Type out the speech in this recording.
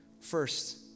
First